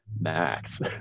max